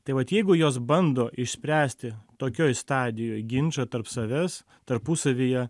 tai vat jeigu jos bando išspręsti tokioj stadijoj ginčą tarp savęs tarpusavyje